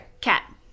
Cat